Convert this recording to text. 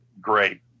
great